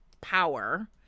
power